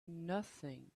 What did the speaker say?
nothing